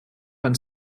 van